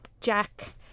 Jack